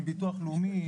עם ביטוח לאומי,